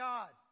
God